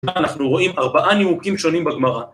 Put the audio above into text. אנחנו רואים ארבעה נימוקים שונים בגמרא.